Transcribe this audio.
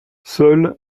seules